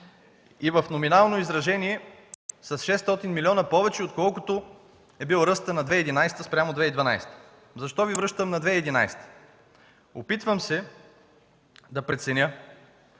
и в номинално изражение – с 600 милиона повече, отколкото е бил ръстът на 2011 г. спрямо 2012 г. Защо Ви връщам на 2012 г.? Опитвам се да преценя